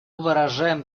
выражаем